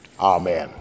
Amen